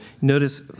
notice